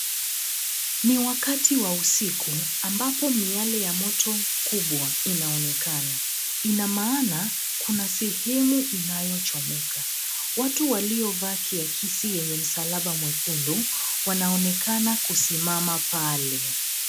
Ni wakati wa usiku, ambapo miale ya moto kubwa inaonekana. Ina maana kuna sehemu inayochomeka. Watu waliovaa kiakisi yenye msalaba mwekundu, wanaonekana kusimama pale.